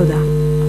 תודה.